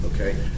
Okay